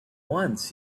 once